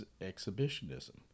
exhibitionism